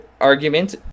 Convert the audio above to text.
argument